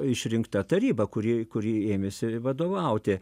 išrinkta taryba kuri kuri ėmėsi vadovauti